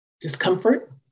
discomfort